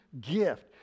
gift